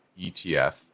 ETF